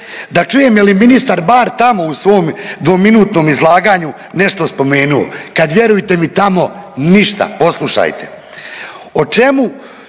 da čujem jel je ministar bar tamo u svom dvominutnom izlaganju nešto spomenuo, kad vjerujte mi tamo ništa, poslušajte. O čemu